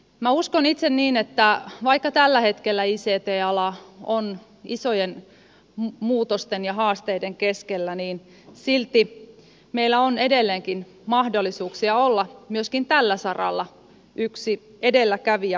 minä uskon itse niin että vaikka tällä hetkellä ict ala on isojen muutosten ja haasteiden keskellä niin silti meillä on edelleenkin mahdollisuuksia olla myöskin tällä saralla yksi edelläkävijä maailmanmarkkinoilla